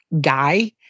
guy